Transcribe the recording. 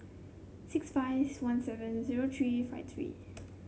six five one seven zero three five three